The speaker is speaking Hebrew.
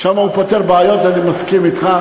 שם הוא פותר בעיות, אני מסכים אתך.